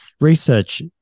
research